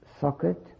socket